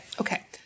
Okay